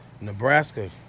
Nebraska